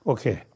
Okay